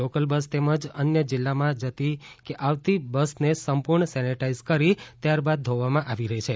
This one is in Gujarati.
લોકલ બસ તેમજ અન્ય જિલ્લામાં જતી કે આવતી બસને સંપૂર્ણ સેનેટાઇઝ કરી ત્યારબાદ ધોવામાં આવી રહી છે